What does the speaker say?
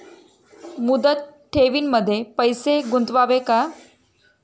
मुदत ठेवींमध्ये पैसे गुंतवावे का?